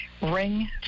Ring